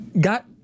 got